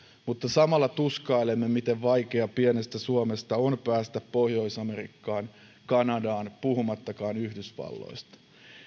mutta samalla tuskailemme miten vaikeaa pienestä suomesta on päästä pohjois amerikkaan kanadaan puhumattakaan yhdysvalloista